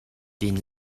din